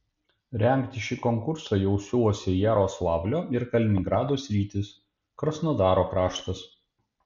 rengti šį konkursą jau siūlosi jaroslavlio ir kaliningrado sritys krasnodaro kraštas